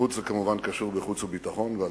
"חוץ" זה כמובן קשור לחוץ וביטחון ועל